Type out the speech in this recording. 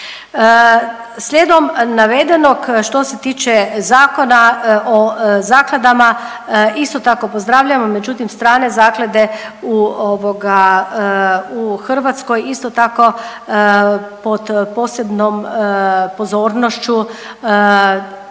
Slijedom navedenog što se tiče Zakona o zakladama isto tako pozdravljamo, međutim strane zaklade u Hrvatskoj isto tako pod posebnom pozornošću